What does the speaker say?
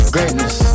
Greatness